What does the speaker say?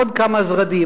עוד כמה זרדים,